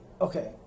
okay